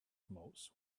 mouth